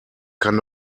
kann